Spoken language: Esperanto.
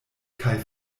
kaj